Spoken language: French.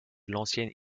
l’ancienne